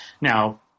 Now